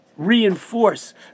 reinforce